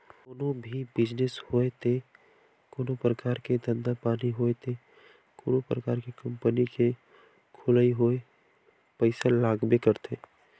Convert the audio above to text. कोनो भी बिजनेस होय ते कोनो परकार के धंधा पानी होय ते कोनो परकार के कंपनी के खोलई होय पइसा लागबे करथे